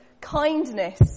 kindness